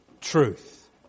Truth